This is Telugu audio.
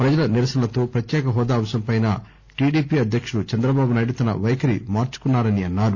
ప్రజల నిరసనలతో ప్రత్యేక హోదా అంశంపై టిడిపి అధ్యకుడు చంద్రబాబునాయుడు తన పైఖరి మార్చుకున్నారని అన్నారు